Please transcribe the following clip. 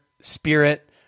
spirit